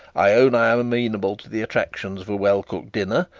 i own i am amenable to the attractions of a well-cooked dinner,